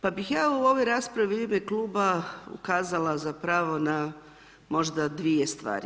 Pa bih ja u ovoj raspravi u ime kluba ukazala, zapravo, na možda dvije stvari.